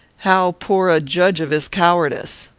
how poor a judge of his cowardice!